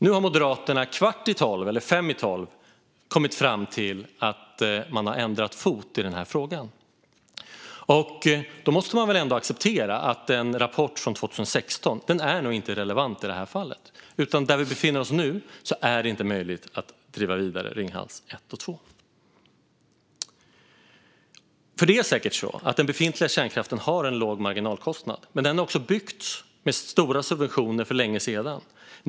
Nu har Moderaterna kvart i tolv, eller fem i tolv, kommit fram till att man har ändrat fot i den här frågan. Då måste man väl ändå acceptera att en rapport från 2016 nog inte är relevant i det här fallet. Där vi befinner oss nu är det inte möjligt att driva vidare Ringhals 1 och 2. Det är säkert så att den befintliga kärnkraften har en låg marginalkostnad. Men den har också byggts med stora subventioner för länge sedan.